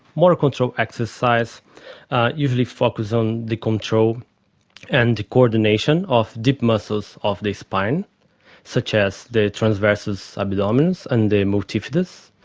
motor control exercises usually focus on the control and coordination of deep muscles of the spine such as the transversus abdominis and the multifidus.